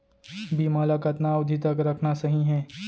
बीमा ल कतना अवधि तक रखना सही हे?